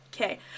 Okay